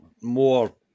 more